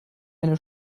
eine